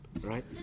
right